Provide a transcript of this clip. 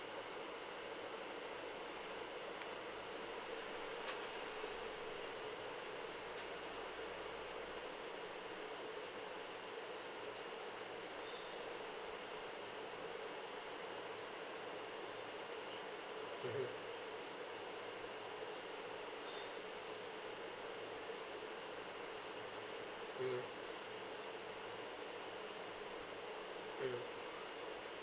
mmhmm mm mm